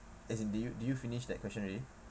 as in did you did you finish that question already